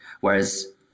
Whereas